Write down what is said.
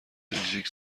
بلژیک